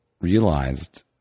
realized